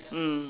mm